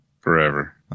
Forever